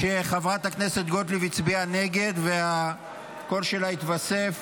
שחברת הכנסת גוטליב הצביעה נגד, והקול שלה יתווסף.